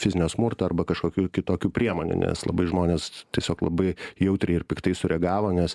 fizinio smurto arba kažkokių kitokių priemonių nes labai žmonės tiesiog labai jautriai ir piktai sureagavo nes